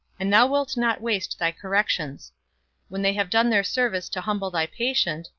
and thou wilt not waste thy corrections when they have done their service to humble thy patient,